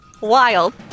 Wild